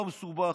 לא מסובך,